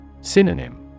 Synonym